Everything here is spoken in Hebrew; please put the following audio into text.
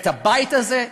את הבית הזה,